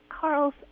Carl's